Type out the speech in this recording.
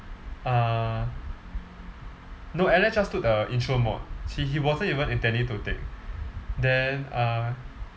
uh no alex just took the intro mod he he wasn't even intending to take then uh